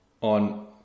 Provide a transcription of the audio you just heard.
on